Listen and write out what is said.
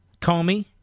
Comey